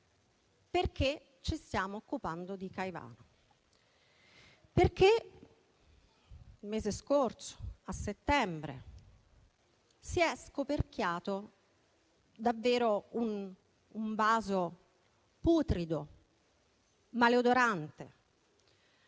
Perché ci stiamo occupando di Caivano? Perché il mese scorso, a settembre, si è scoperchiato un vaso davvero putrido e maleodorante,